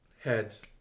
Heads